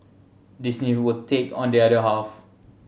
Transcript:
Disney will take on the other half